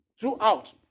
Throughout